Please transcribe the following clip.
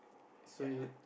so you